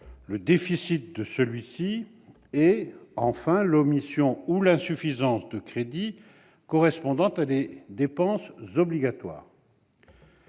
le déficit de celui-ci, et, enfin, l'omission ou l'insuffisance de crédits correspondant à des dépenses obligatoires.